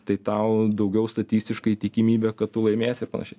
tai tau daugiau statistiškai tikimybė kad tu laimėsi ir panašiai